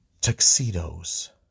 Tuxedos